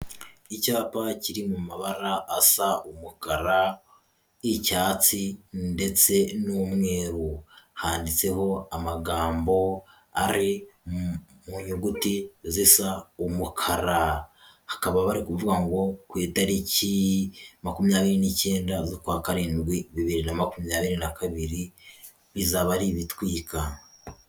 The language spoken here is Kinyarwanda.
Icyapa kiri mu mabara asa umukara, icyatsi ndetse n'umweru, handitseho amagambo ari mu nyuguti zisa umukara, hakaba bari kuvuga ngo ku itariki makumyabiri n'icyenda z'ukwa karindwi bibiri na makumyabiri na kabiri bizaba ari ibitwika.